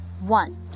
One